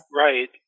Right